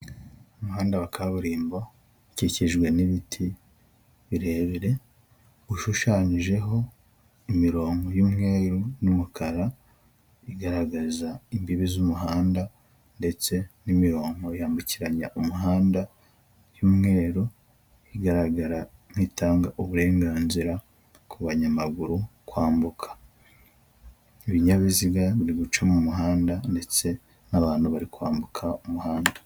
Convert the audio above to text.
Umuhanda wa kaburimbo ukikijwe n'ibiti birebire, ushushanyijeho imirongo y'umweru n'umukara, bigaragaza imbibi z'umuhanda ndetse n'imirongo yambukiranya umuhanda y'umweru, igaragara nk'itanga uburenganzira ku banyamaguru kwambuka, ibinyabiziga biri guca mu muhanda, ndetse n'abantu bari kwambuka umuhanda.